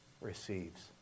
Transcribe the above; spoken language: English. receives